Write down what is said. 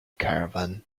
caravan